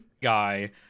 guy